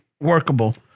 workable